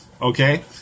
Okay